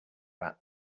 rat